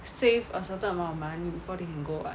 save a certain amount of money before they can go [what]